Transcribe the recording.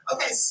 Okay